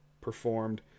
performed